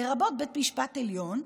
לרבות בית משפט עליון,